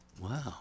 Wow